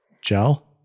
Gel